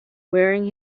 wearing